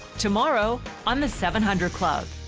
tomorrow on the seven hundred club.